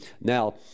Now